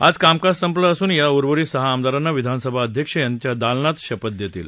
आज कामकाज संपलं असून या उर्वरित सहा आमदारांना विधानसभा अध्यक्ष त्यांच्या दालनात शपथ देतील